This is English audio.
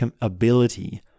ability